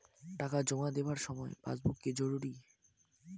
টাকা জমা দেবার সময় পাসবুক কি জরুরি?